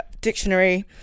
dictionary